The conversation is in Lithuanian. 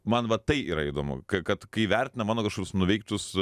man va tai yra įdomu ka kad kai vertina mano kažkoks nuveiktus